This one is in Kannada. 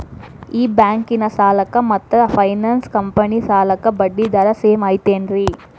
ಈ ಬ್ಯಾಂಕಿನ ಸಾಲಕ್ಕ ಮತ್ತ ಫೈನಾನ್ಸ್ ಕಂಪನಿ ಸಾಲಕ್ಕ ಬಡ್ಡಿ ದರ ಸೇಮ್ ಐತೇನ್ರೇ?